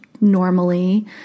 normally